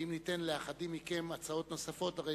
ואם ניתן לאחדים מכם הצעות נוספות הרי